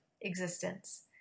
existence